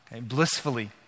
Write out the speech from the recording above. blissfully